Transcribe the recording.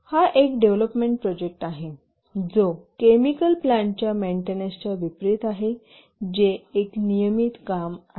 आणि हा एक डेव्हलोपमेंट प्रोजेक्ट आहे जो केमिकल प्लांटच्या मेंटेनन्सच्या विपरीत आहे जे एक नियमित काम आहे